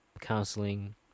counseling